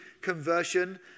conversion